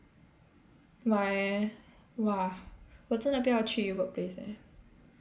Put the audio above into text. why eh !wah! 我真的不要去 workplace eh